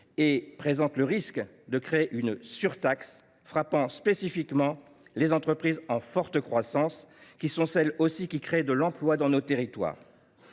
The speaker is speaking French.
et présente le risque de créer une surtaxe frappant spécifiquement les entreprises en forte croissance, celles qui créent de l’emploi dans nos territoires.